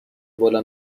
بالا